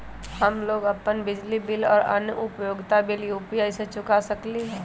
हम लोग अपन बिजली बिल और अन्य उपयोगिता बिल यू.पी.आई से चुका सकिली ह